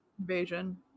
invasion